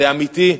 זה אמיתי.